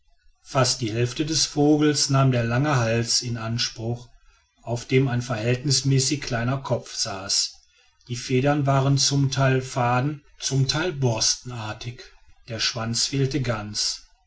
fast die hälfte des vogels nahm der lange hals in anspruch auf dem ein verhältnismäßig kleiner kopf saß die federn waren zum teil faden zum teil borstenartig der schwanz fehlte ganz